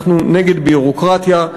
אנחנו נגד ביורוקרטיה,